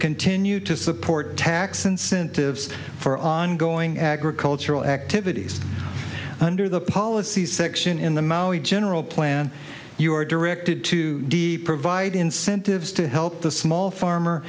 continue to support tax incentives for ongoing agricultural activities under the policy section in the maui general plan you were directed to provide incentives to help the small farmer